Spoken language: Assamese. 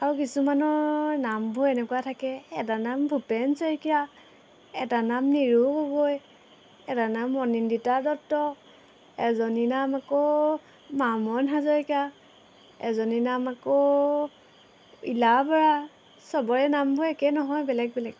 আৰু কিছুমানৰ নামবোৰ এনেকুৱা থাকে এটা নাম ভূপেন শইকীয়া এটা নাম নিৰু গগৈ এটা নাম অনিন্দিতা দত্ত এজনী নাম আকৌ মামন হাজৰিকা এজনী নাম আকৌ ইলা বৰা চবৰে নামবোৰ একে নহয় বেলেগ বেলেগ